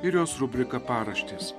ir jos rubrika paraštės